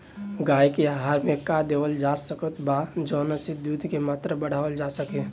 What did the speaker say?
गाय के आहार मे का देवल जा सकत बा जवन से दूध के मात्रा बढ़ावल जा सके?